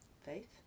faith